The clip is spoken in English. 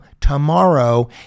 tomorrow